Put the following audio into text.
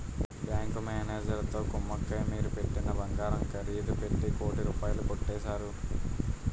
bank మేనేజరుతో కుమ్మక్కై మీరు పెట్టిన బంగారం ఖరీదు పెట్టి కోటి రూపాయలు కొట్టేశారు